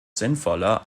sinnvoller